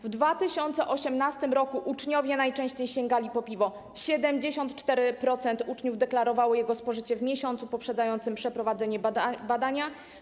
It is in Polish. W 2018 r. uczniowie najczęściej sięgali po piwo, 74% uczniów deklarowało jego spożycie w miesiącu poprzedzającym przeprowadzenie badania.